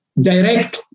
Direct